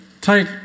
take